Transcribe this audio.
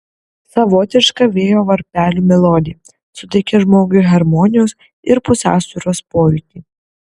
savotiška vėjo varpelių melodija suteikia žmogui harmonijos ir pusiausvyros pojūtį